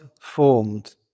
formed